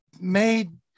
made